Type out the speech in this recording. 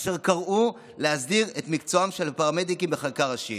אשר קראו להסדיר את מקצועם של פרמדיקים בחקיקה ראשית.